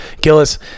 Gillis